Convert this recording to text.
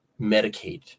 medicate